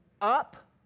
up